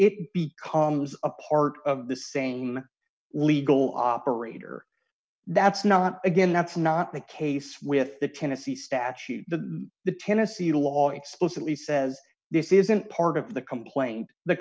it becomes a part of the same legal operator that's not again that's not the case with the tennessee statute but the tennessee law explicitly says this isn't part of the complaint the